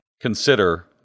consider